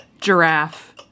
giraffe